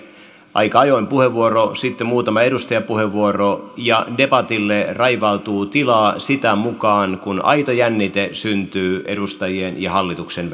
aika ajoin puheenvuoro sitten muutama edustajan puheenvuoro ja debatille raivautuu tilaa sitä mukaa kuin aito jännite syntyy edustajien ja hallituksen